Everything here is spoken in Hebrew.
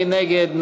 מי נגד?